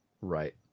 Right